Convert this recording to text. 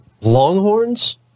Longhorns